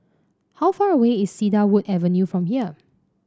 how far away is Cedarwood Avenue from here